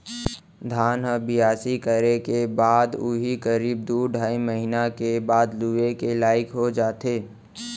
धान ह बियासी करे के बाद उही करीब दू अढ़ाई महिना के बाद लुए के लाइक हो जाथे